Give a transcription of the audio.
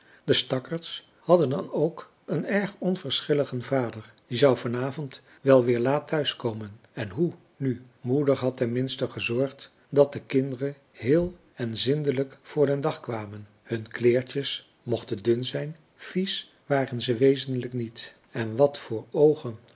de stakkerds hadden dan ook een erg onverschilligen vader die zou vanavond wel weer laat thuiskomen en hoe nu moeder had ten minste gezorgd dat de kinderen heel en zindelijk voor den dag kwamen hun kleertjes mochten dun zijn vies waren ze wezenlijk niet en wat voor oogen